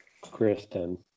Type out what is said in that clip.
Kristen